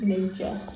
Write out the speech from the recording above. Nature